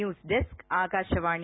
news desk Akashvani